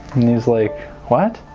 he's like what?